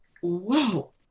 whoa